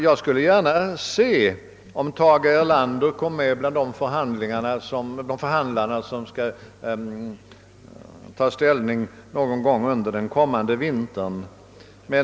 Jag skulle gärna se att Tage Erlander kom med bland de förhandlare som någon gång under den kommande vintern skall ta ställning till detta.